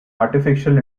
artificial